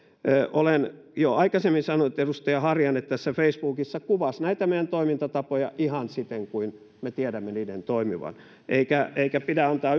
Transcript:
olen jo aikaisemmin sanonut että edustaja harjanne facebookissa kuvasi näitä meidän toimintatapoja ihan siten kuin me tiedämme niiden toimivan eikä eikä pidä antaa